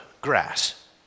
grass